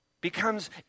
becomes